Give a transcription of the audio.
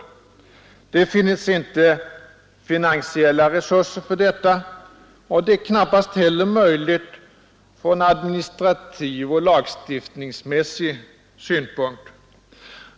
Det finns inte finansiella resurser för detta, och det är knappast heller möjligt från administrativ och lagstiftningsmässig synpunkt.